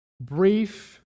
brief